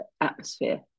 atmosphere